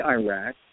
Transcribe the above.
Iraq